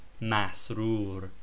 masrur